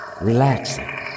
Relaxing